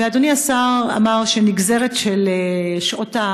ואדוני השר אמר שנגזרת של שעות,